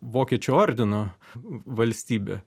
vokiečių ordino valstybė